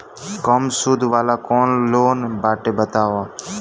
कम सूद वाला कौन लोन बाटे बताव?